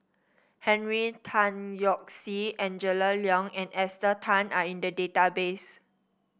Henry Tan Yoke See Angela Liong and Esther Tan are in the database